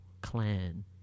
clan